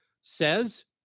says